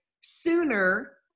sooner